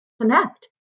connect